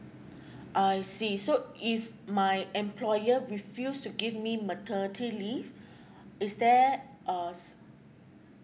I see so if my employer refused to give me maternity leave is there uh